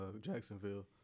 Jacksonville